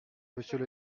monsieur